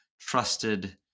trusted